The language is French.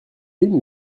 une